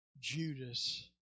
Judas